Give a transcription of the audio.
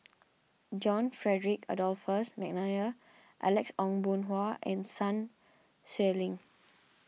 John Frederick Adolphus McNair Alex Ong Boon Hau and Sun Xueling